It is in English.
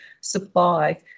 supply